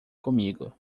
comigo